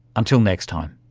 until next time